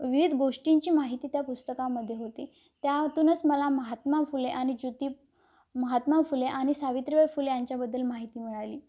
विविध गोष्टींची माहिती त्या पुस्तकामध्ये होती त्यातूनच मला महात्मा फुले आणि ज्योती महात्मा फुले आणि सावित्री बाई फुले यांच्याबद्दल माहिती मिळाली